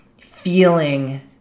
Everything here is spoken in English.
feeling